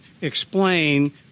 explain